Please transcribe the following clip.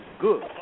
good